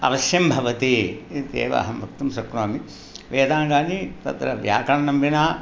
अवश्यं भवति इत्येव अहं वक्तुं शक्नोमि वेदाङ्गानि तत्र व्याकरणं विना